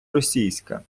російська